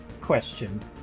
Question